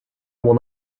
will